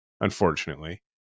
unfortunately